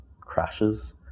crashes